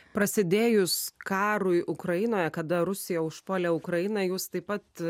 prasidėjus karui ukrainoje kada rusija užpuolė ukrainą jūs taip pat